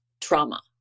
trauma